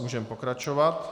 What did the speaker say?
Můžeme pokračovat.